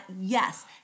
yes